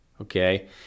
okay